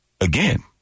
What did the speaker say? again